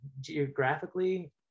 geographically